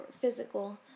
physical